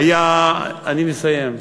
אני מסיים.